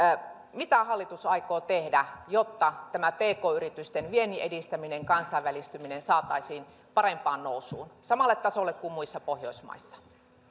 myöskin erittäin kasvuhakuisia mitä hallitus aikoo tehdä jotta tämä pk yritysten viennin edistäminen kansainvälistyminen saataisiin parempaan nousuun samalle tasolle kuin muissa pohjoismaissa